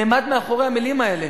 נעמד מאחורי המלים האלה.